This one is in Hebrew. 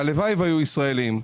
הלוואי והיו ישראלים.